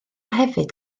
hefyd